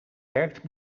werkt